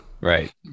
right